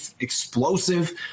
explosive